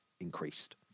increased